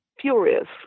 furious